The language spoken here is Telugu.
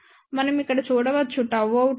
మనం ఇక్కడ చూడవచ్చు Γout ఉంది